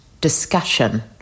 discussion